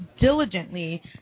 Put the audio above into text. diligently